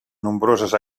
nombroses